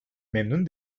memnun